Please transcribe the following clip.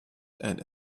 and